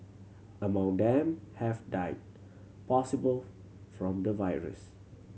among them have died possible from the virus